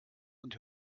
und